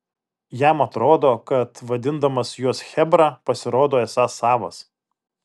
jam atrodo kad vadindamas juos chebra pasirodo esąs savas